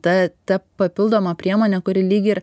ta ta papildoma priemonė kuri lyg ir